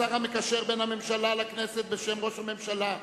השר המקשר בין הממשלה לכנסת, בשם ראש הממשלה,